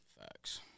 Facts